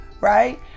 right